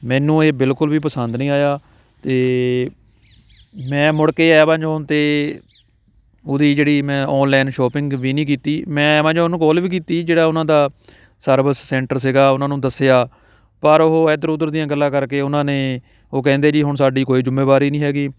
ਮੈਨੂੰ ਇਹ ਬਿਲਕੁਲ ਵੀ ਪਸੰਦ ਨਹੀਂ ਆਇਆ ਅਤੇ ਮੈਂ ਮੁੜ ਕੇ ਐਮਾਜੋਨ 'ਤੇ ਉਹਦੀ ਜਿਹੜੀ ਮੈਂ ਔਨਲਾਈਨ ਸ਼ੋਪਿੰਗ ਵੀ ਨਹੀਂ ਕੀਤੀ ਮੈਂ ਐਨਾਜੋਨ ਨੂੰ ਕੋਲ ਵੀ ਕੀਤੀ ਜਿਹੜਾ ਉਹਨਾਂ ਦਾ ਸਰਵਿਸ ਸੈਂਟਰ ਸੀਗਾ ਉਹਨਾਂ ਨੂੰ ਦੱਸਿਆ ਪਰ ਉਹ ਇੱਧਰ ਉੱਧਰ ਦੀਆਂ ਗੱਲਾਂ ਕਰਕੇ ਉਹਨਾਂ ਨੇ ਉਹ ਕਹਿੰਦੇ ਜੀ ਹੁਣ ਸਾਡੀ ਕੋਈ ਜ਼ਿੰਮੇਵਾਰੀ ਨਹੀਂ ਹੈਗੀ